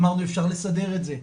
אמרנו אפשר לסדר את זה,